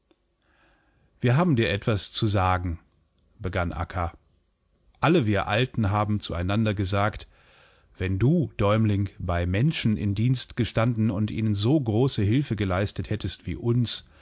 wir haben dir etwas zu sagen begann akka alle wir alten haben zueinander gesagt wenn du däumeling bei menschen in dienst gestanden und ihnen so große hilfe geleistet hättest wie uns